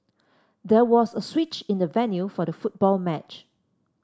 there was a switch in the venue for the football match